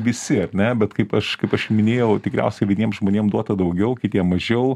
visi ar ne bet kaip aš kaip aš minėjau tikriausiai vieniem žmonėm duota daugiau kitiem mažiau